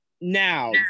now